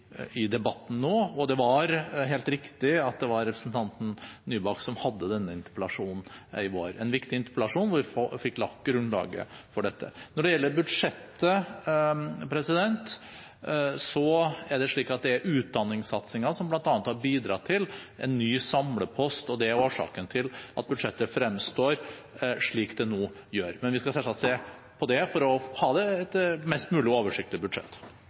debatten nå, og det var helt riktig at det var representanten Nybakk som hadde denne interpellasjonen i vår – en viktig interpellasjon hvor vi fikk lagt grunnlaget for dette. Når det gjelder budsjettet, er det slik at det er utdanningssatsingen som bl.a. har bidratt til en ny samlepost, og det er årsaken til at budsjettet fremstår slik det nå gjør. Men vi skal selvsagt se på det for å ha et mest mulig oversiktlig budsjett.